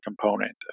component